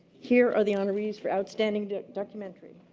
here are the honorees for outstanding documentary.